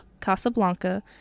Casablanca